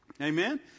Amen